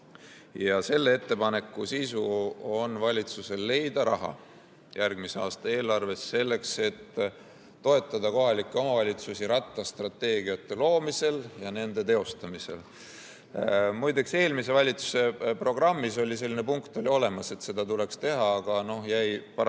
ja selle ettepaneku sisu on see, et valitsus leiaks raha järgmise aasta eelarves selleks, et toetada kohalikke omavalitsusi rattastrateegiate loomisel ja nende teostamisel. Muideks, eelmise valitsuse programmis oli selline punkt olemas, et seda tuleks teha, aga no jäi paraku